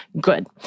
good